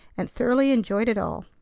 and thoroughly enjoyed it all.